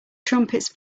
trumpets